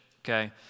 okay